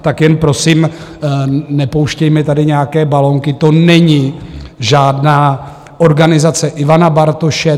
Tak jen prosím, nepouštějme tady nějaké balonky, to není žádná organizace Ivana Bartoše.